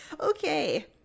Okay